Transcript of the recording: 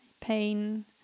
pain